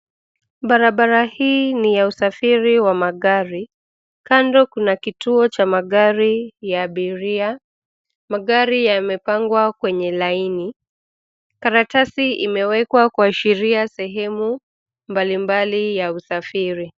Barabara hii ni ya usafiri wa magari, kando kuna kituo cha magari ya abiria. Magari yamepangwa kwenye laini. Karatasi imewekwa kuashiria sehemu mbalimbali ya usafiri.